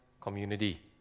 community